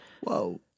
whoa